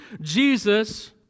Jesus